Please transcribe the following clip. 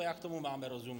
Jak tomu máme rozumět?